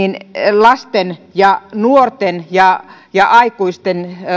lasten ja nuorten ja ja aikuisten